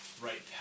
right